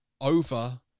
over